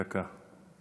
דקה.